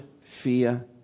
fear